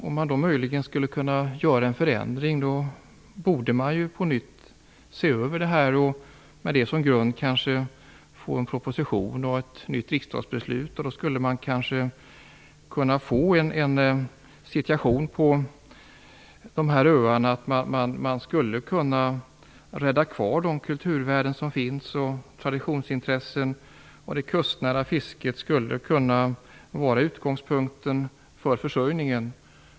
Om man möjligen skulle kunna göra en förändring borde man på nytt se över detta, och med det som grund få en proposition och ett nytt riksdagsbeslut. Då skulle man kanske kunna rädda kvar de kulturvärden och traditionsintressen som finns på dessa öar. Det kustnära fisket skulle kunna vara utgångspunkten för försörjningen.